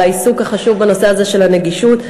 העיסוק החשוב בנושא הזה של הנגישות,